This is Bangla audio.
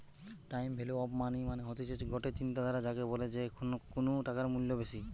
টাইম ভ্যালু অফ মানি মানে হতিছে গটে চিন্তাধারা যাকে বলে যে এখন কুনু টাকার মূল্য বেশি